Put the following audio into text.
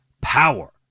power